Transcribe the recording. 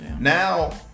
Now